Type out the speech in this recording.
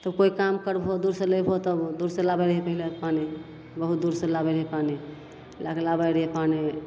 तऽ कोइ काम करबहो दूरसे लैबहो तब दूरसे लाबै रहै पहिले पानी बहुत दूरसे लाबै रहै पानी लैके आबै रहै पानी